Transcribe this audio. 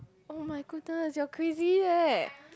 [oh]-my-goodness you're crazy eh